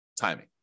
timing